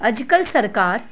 अॼुकल्ह सरकारि